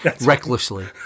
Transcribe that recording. recklessly